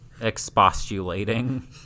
Expostulating